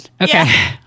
okay